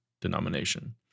denomination